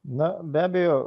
na be abejo